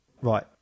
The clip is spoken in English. Right